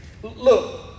Look